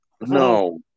No